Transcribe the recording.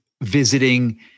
visiting